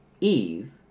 Eve